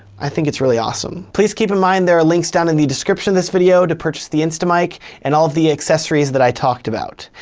i think it's really awesome. please keep in mind there are links down in the description of this video to purchase the instamic and all of the accessories that i talked about.